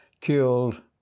killed